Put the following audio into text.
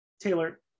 taylor